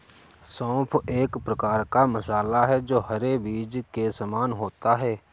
सौंफ एक प्रकार का मसाला है जो हरे बीज के समान होता है